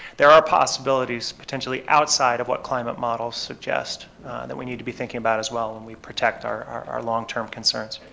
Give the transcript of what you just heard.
there are possibilities potentially outside of what climate models suggest that we need to be thinking about as well when we protect our long-term concerns.